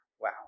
wow